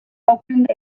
opened